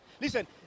Listen